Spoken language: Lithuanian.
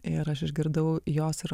ir aš išgirdau jos ir